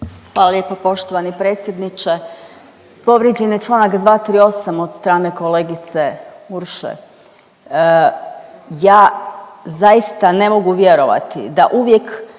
Hvala lijepo poštovani predsjedniče. Povrijeđen je čl. 238. od strane kolegice Urše. Ja zaista ne mogu vjerovati da uvijek